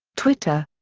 twitter.